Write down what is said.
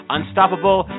Unstoppable